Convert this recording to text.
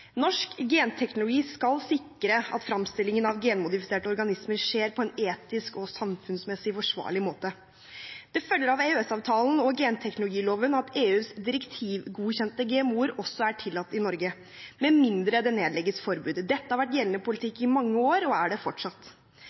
Norsk genteknologilov skal sikre at framstillingen av genmodifiserte organismer skjer på en etisk og samfunnsmessig forsvarlig måte. Det følger av EØS-avtalen og genteknologiloven at EUs direktivgodkjente GMO-er også er tillatt i Norge, med mindre det nedlegges forbud. Dette har vært gjeldende politikk i mange år, og er det fortsatt.